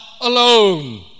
alone